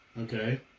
Okay